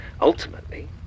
ultimately